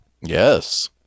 Yes